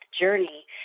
journey